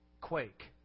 quake